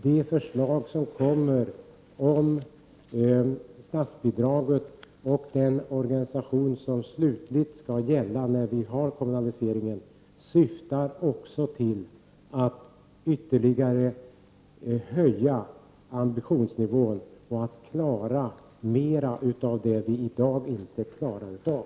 De förslag som kommer om statsbidraget och den organisation som slutligt skall gälla när vi har genomfört kommunaliseringen syftar också till att ytterligare höja ambitionsnivån och till att klara av en större del av det som vi i dag inte klarar av.